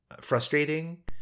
frustrating